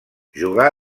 jugà